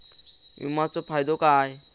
विमाचो फायदो काय?